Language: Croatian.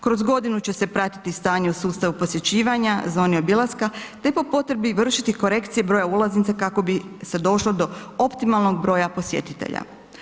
Kroz godinu će se pratiti stanje u sustavu posjećivanja zoni obilaska te po potrebi vršiti korekcije broja ulaznica kako bi se došlo do optimalnog broja posjetitelja.